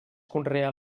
conrea